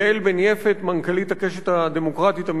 יעל בן-יפת, מנכ"לית "הקשת הדמוקרטית-המזרחית",